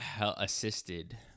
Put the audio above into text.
assisted